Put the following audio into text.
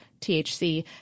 THC